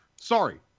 sorry